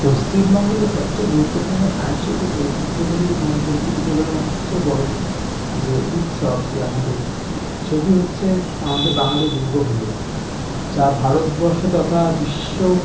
পশ্চিমবঙ্গের সবচেয়ে গুরুত্বপূর্ণ সাংস্কৃতিক ঐতিহ্যগুলির মধ্যে রীতিনীতিগুলোর মধ্যে সবচেয়ে বড় যে উৎসব যে আমাদের সেটি হচ্ছে আমাদের বাঙালির দুর্গা পুজো যা ভারতবর্ষ তথা বিশ্ব